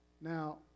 Now